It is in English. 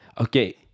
okay